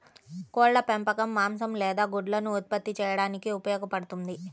కోళ్ల పెంపకం మాంసం లేదా గుడ్లను ఉత్పత్తి చేయడానికి ఉపయోగపడుతుంది